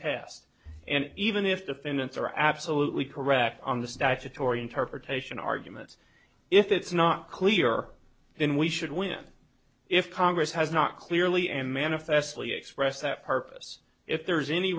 tests and even if defendants are absolutely correct on the statutory interpretation argument if it's not clear then we should win if congress has not clearly and manifestly expressed that tarp us if there is any